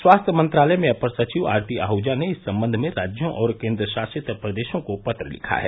स्वास्थ्य मंत्रालय में अपर सचिव आरती आहजा ने इस संबंध में राज्यों और केन्द्रशासित प्रदेशों को पत्र लिखा है